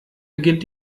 beginnt